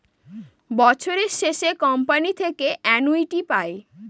বছরের শেষে কোম্পানি থেকে অ্যানুইটি পায়